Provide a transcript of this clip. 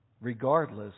regardless